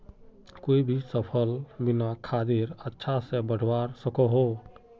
कोई भी सफल बिना खादेर अच्छा से बढ़वार सकोहो होबे?